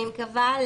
אני מקווה,